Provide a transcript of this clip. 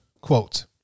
Quote